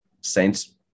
Saints